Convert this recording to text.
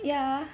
ya